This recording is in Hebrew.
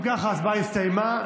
אם ככה, ההצבעה הסתיימה.